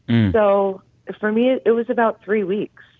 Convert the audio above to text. so for me, it was about three weeks.